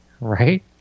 Right